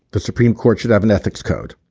the supreme court should have an ethics code.